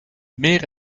meer